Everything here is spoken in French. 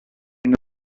une